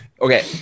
Okay